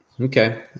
Okay